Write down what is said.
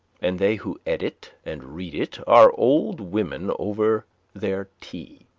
and they who edit and read it are old women over their tea.